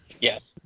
Yes